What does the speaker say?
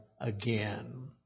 again